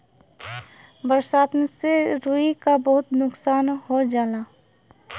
बरसात से रुई क बहुत नुकसान हो जाला